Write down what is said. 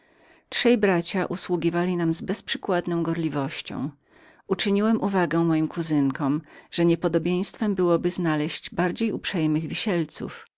trzej bracia usługiwali nam z bezprzykładną gorliwością uczyniłem uwagę moim kuzynkom że niepodobieństwem było znaleźć bardziej uprzejmych wisielców